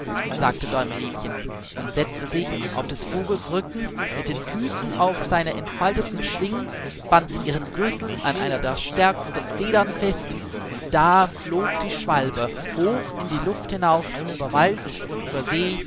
sagte däumelinchen und setzte sich auf des vogels rücken mit den füßen auf seine entfalteten schwingen band ihren gürtel an einer der stärksten federn fest und da flog die schwalbe hoch in die luft hinauf über wald und über see